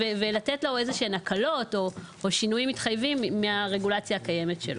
ולתת לו איזה שהן הקלות או שינויים מתחייבים מהרגולציה הקיימת שלו.